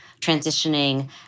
transitioning